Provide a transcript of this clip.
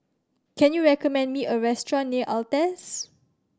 can you recommend me a restaurant near Altez